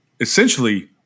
essentially